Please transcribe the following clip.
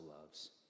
loves